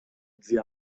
zia